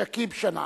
שכיב שנאן.